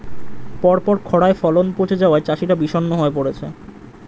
পরপর খড়ায় ফলন পচে যাওয়ায় চাষিরা বিষণ্ণ হয়ে পরেছে